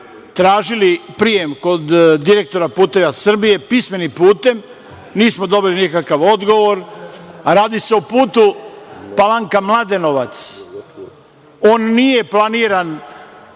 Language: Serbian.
tražili prijem kod direktora „Puteva Srbije“, pismenim putem. Nismo dobili nikakav odgovor. Radi se o putu Palanka-Mladenovac. On nije planiran